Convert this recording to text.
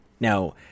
Now